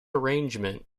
arrangement